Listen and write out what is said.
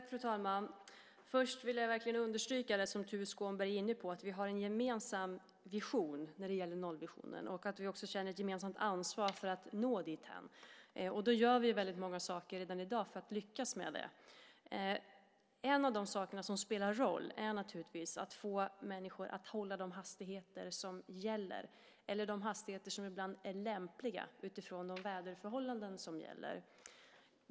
Fru talman! Först vill jag verkligen understryka det som Tuve Skånberg är inne på, det vill säga att vi har en gemensam vision, nämligen nollvisionen. Vi känner också ett gemensamt ansvar för att nå dithän. Vi gör väldigt många saker redan i dag för att lyckas med det. En av de saker som spelar roll är naturligtvis att få människor att hålla de hastigheter som gäller eller de hastigheter som ibland är lämpliga utifrån de väderförhållanden som råder.